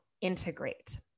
integrate